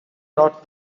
lot